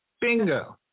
Bingo